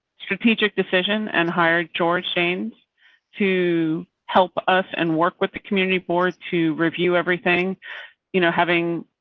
strategic decision and hired george shanes to help us and work with the community board to review everything you know having.